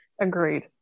Agreed